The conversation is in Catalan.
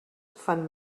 fan